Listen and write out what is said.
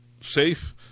safe